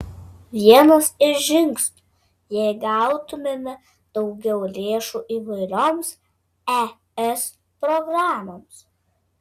vienas iš žingsnių jei gautumėme daugiau lėšų įvairioms es programoms